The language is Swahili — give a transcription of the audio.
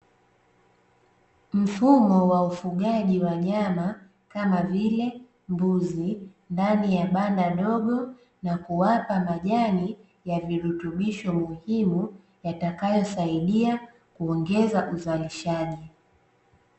Mfumo wa ufugaji wa nyama kama vile, mbuzi ndani ya banda dogo, na kuwapa majani ya virutubisho muhimu yatakayosaidia kuongeza uzalishaji.